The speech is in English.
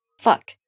fuck